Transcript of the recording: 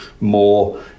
more